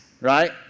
right